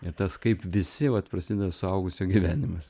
ir tas kaip visi vat prasideda suaugusio gyvenimas